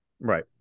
Right